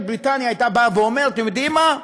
בריטניה הייתה באה ואומרת: אתם יודעים מה?